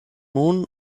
moon